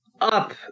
up